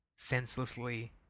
Senselessly